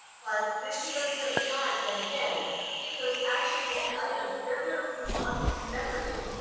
but this is uncertain times and again and you can give those actionable items they're going to remember remember you.